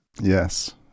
Yes